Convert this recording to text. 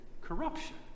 corruption